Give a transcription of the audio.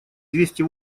двести